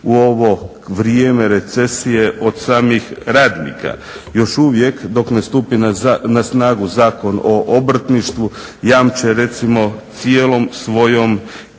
u ovo vrijeme recesije od samih radnika. Još uvijek dok ne stupi na snagu Zakon o obrtništvu jamče recimo cijelom svojom